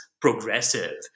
progressive